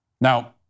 Now